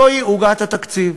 זוהי עוגת התקציב.